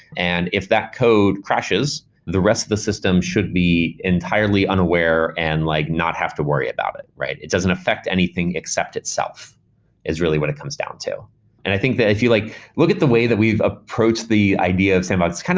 and if that code crashes, the rest of the system should be entirely unaware and like not have to worry about it. it doesn't affect anything except itself is really what it comes down to i think that if you like look at the way that we've approached the idea of sandbox,